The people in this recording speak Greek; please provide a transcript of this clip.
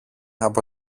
από